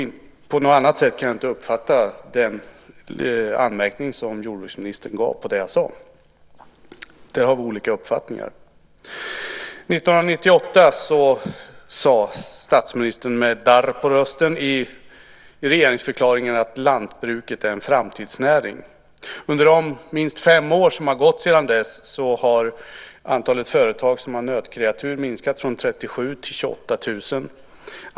På något annat sätt kan jag inte uppfatta den anmärkning som jordbruksministern gav på det jag sade. Där har vi olika uppfattningar. År 1998 sade statsministern med darr på rösten i regeringsförklaringen att lantbruket är en framtidsnäring. Under de mer än fem år som har gått sedan dess har antalet företag som har nötkreatur minskat från 37 000 till 28 000.